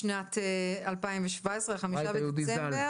זה משנת 2017, ה-5 בדצמבר.